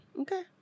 Okay